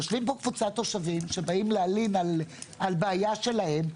יושבת פה קבוצת תושבים שבאים להלין על בעיה שלהם,